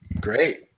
great